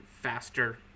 faster